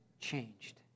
changed